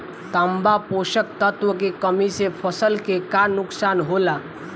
तांबा पोषक तत्व के कमी से फसल के का नुकसान होला?